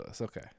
Okay